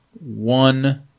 one